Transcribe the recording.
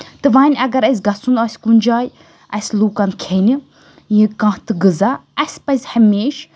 تہٕ وَنۍ اگر اَسہِ گژھُن آسہِ کُنہِ جایہِ اَسہِ لوٗکَن کھیٚنہِ یہِ کانٛہہ تہِ غذا اَسہِ پَزِ ہَمیشہٕ